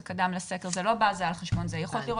זה היה הפרמטר היחיד שאי אפשר היה לומר שזה יותר